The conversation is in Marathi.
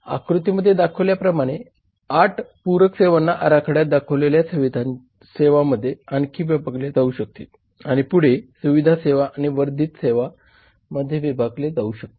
आकृतीमध्ये दाखवलेल्या आठ पूरक सेवांना आराखड्यात दाखवलेल्या सुविधा सेवांमध्ये आणखी विभागले जाऊ शकते आणि पुढे सुविधा सेवा आणि वर्धित सेवांमध्ये विभागले जाऊ शकते